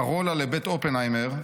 קרולה לבית אופנהיימר,